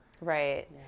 Right